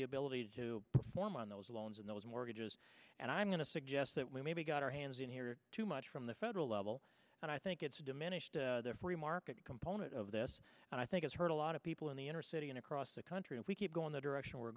the ability to perform on those loans and those mortgages and i'm going to suggest that we maybe got our hands in here too much from the federal level and i think it's diminished their free market component of this and i think it's hurt a lot of people in the inner city and across the country if we keep going the direction we're